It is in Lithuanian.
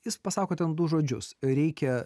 jis pasako ten du žodžius reikia